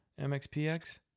MXPX